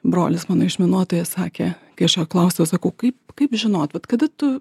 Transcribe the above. brolis mano išminuotojas sakė kai aš jo klausiau sakau kaip kaip žinot vat kada tu